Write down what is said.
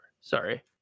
Sorry